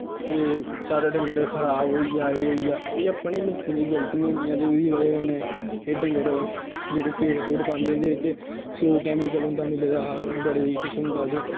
साढ़ा डंगर खबार होई गेआ एह् होई गेआ एह् अपनी लोकें दियां गल्तियां होंदियां ते ओह्दी ब'जा कन्नै ते डंगर फीड फूड पांदे उं'दे च सौ कैमिकल होंदा मिले दा ते ओह्दी ब'जा कन्नै